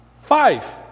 five